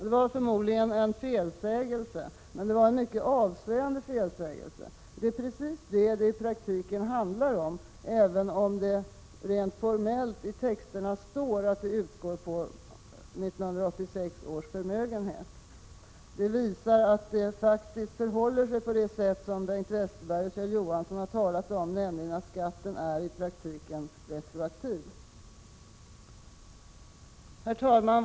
Det var förmodligen en felsägning, men det var en mycket avslöjande felsägning. Det är nämligen precis vad det i praktiken handlar om, även om det rent formellt i texterna står att den utgår på 1986 års förmögenhet. Detta visar att det faktiskt förhåller sig på det sätt som Bengt Westerberg och Kjell Johansson har sagt, nämligen att skatten är retroaktiv. Herr talman!